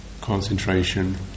concentration